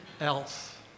else